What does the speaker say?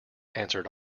answered